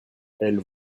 elles